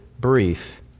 brief